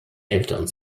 eltern